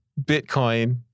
Bitcoin